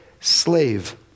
slave